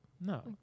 No